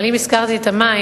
אבל אם הזכרתי את המים,